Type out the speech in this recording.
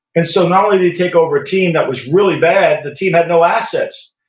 and so, not only did he take over a team that was really bad, the team had no assets,